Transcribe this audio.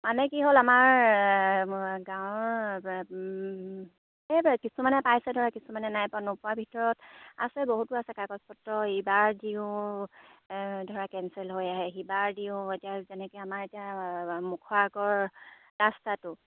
মানে কি হ'ল আমাৰ গাঁৱৰ এই কিছুমানে পাইছে ধৰা কিছুমানে নাই পোৱা নোপোৱাৰ ভিতৰত আছে বহুতো আছে কাগজ পত্ৰ ইবাৰ দিওঁ ধৰা কেনঞ্চেল হৈ আহে সিবাৰ দিওঁ এতিয়া যেনেকৈ আমাৰ এতিয়া মুখৰ আগৰ ৰাস্তাটো